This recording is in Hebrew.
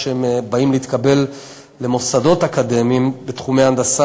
כשהם באים להתקבל למוסדות אקדמיים בתחומי הנדסה